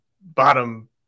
bottom